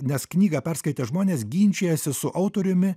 nes knygą perskaitę žmonės ginčijasi su autoriumi